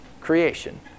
creation